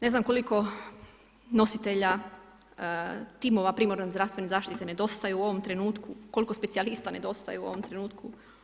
Ne znam koliko nositelja timova primarne zdravstvene zaštite ne dostaju u ovom trenutku, koliko specijalista nedostaje u ovom trenutku.